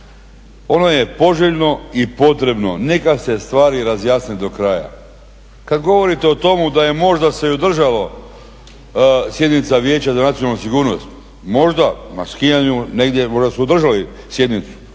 Ono je poželjno i potrebno, neka se stvari razjasne do kraja. Kad govorite o tomu da je možda se i održala sjednica Vijeća za nacionalnu sigurnost, možda na skijanju negdje možda su održali sjednicu,